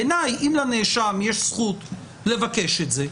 בעיניי, אם לנאשם יש זכות לבקש את זה,